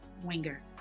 winger